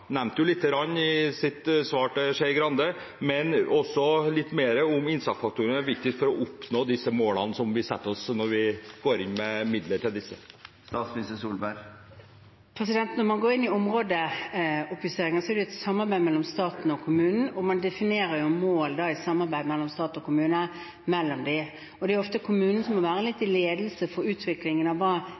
nevnte jo litt i sitt svar til Skei Grande – som er viktigst for å oppnå disse målene som vi setter oss når vi går inn med midler til disse. Når man går inn i områdeoppjustering, er det et samarbeid mellom stat og kommune, og man definerer mål i samarbeid mellom stat og kommune. Det er ofte kommunen som må være litt i ledelsen for utviklingen av